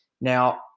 Now